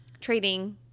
Trading